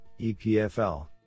EPFL